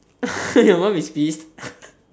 your mom is pissed